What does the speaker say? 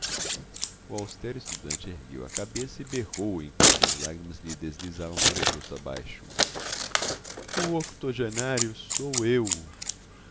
o austero estudante ergueu a cabeça e berrou enquanto as lágrimas lhe deslizavam pelo rosto abaixo o octogenário sou eu